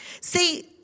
See